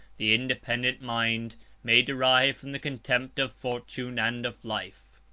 the independent mind may derive from the contempt of fortune and of life.